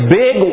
big